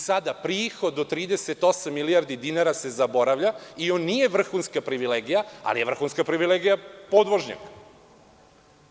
Sada prihod od 38 milijardi dinara se zaboravlja i on nije vrhunska privilegija, ali je vrhunska privilegija podvožnjak.